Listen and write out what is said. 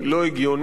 לא אנושי,